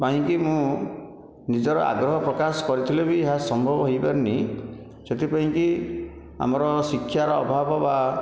ପାଇଁକି ମୁଁ ନିଜର ଆଗ୍ରହ ପ୍ରକାଶ କରିଥିଲେ ବି ଏହା ସମ୍ଭବ ହୋଇପାରିନି ସେଥିପାଇଁକି ଆମର ଶିକ୍ଷାର ଅଭାବ ବା